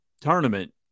tournament